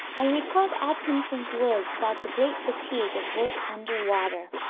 and recalled atkinson's words about the great fatigue of work under water.